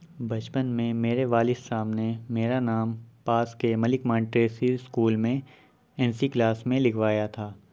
بچپن میں میرے والد صاحب نے میرا نام پاس کے ملک مانٹیسری اسکول میں این سی کلاس میں لکھوایا تھا